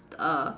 err